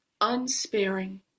unsparing